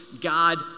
God